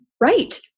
right